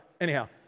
Anyhow